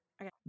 Okay